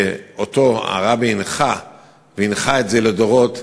שאותו הרבי הנחה והנחה את זה לדורות,